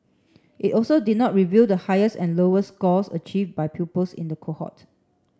it also did not reveal the highest and lowest scores achieved by pupils in the cohort